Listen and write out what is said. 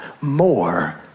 more